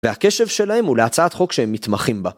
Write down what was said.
והקשב שלהם הוא להצעת חוק שהם מתמחים בה.